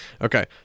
Okay